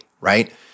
right